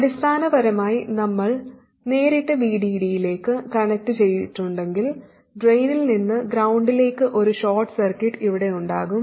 അടിസ്ഥാനപരമായി നമ്മൾ നേരിട്ട് VDD യിലേക്ക് കണക്റ്റുചെയ്തിട്ടുണ്ടെങ്കിൽ ഡ്രെയിനിൽ നിന്ന് ഗ്രൌണ്ട്ലേക്ക് ഒരു ഷോർട്ട് സർക്യൂട്ട് ഇവിടെ ഉണ്ടാകും